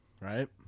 right